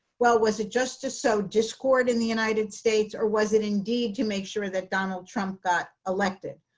well, was it just to sow discord in the united states or was it indeed to make sure that donald trump got elected?